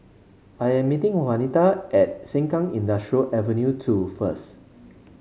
I am meeting Wanita at Sengkang Industrial Avenue two first